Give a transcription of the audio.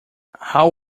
how